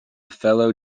fellow